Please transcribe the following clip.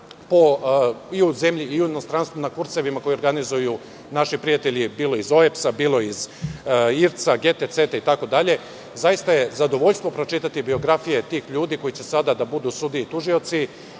i u zemlji i u inostranstvu, na kursevima koje organizuju naši prijatelji, bilo iz OEBS-a, bilo iz IRC-a, GTC-a itd. Zaista je zadovoljstvo pročitati biografije tih ljudi koji će sada da budu sudije i tužioci.